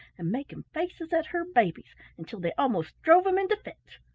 and making faces at her babies until they almost drove them into fits.